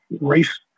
race